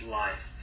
life